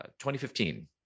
2015